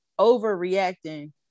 overreacting